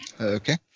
Okay